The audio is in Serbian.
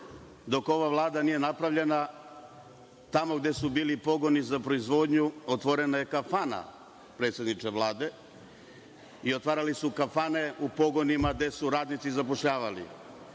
dok ova Vlada nije napravljena, tamo gde su bili pogoni za proizvodnju, otvorena je kafana, predsedniče Vlade i otvarali su kafane po pogonima gde su radnici zapošljavali. Ja